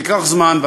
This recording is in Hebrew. זה ייקח זמן,